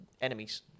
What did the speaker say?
enemies